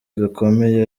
gakomeye